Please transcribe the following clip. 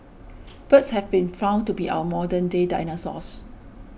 birds have been found to be our modern day dinosaurs